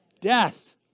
death